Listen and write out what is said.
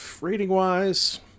rating-wise